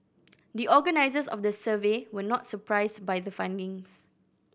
the organisers of the survey were not surprised by the findings